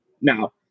now